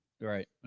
Right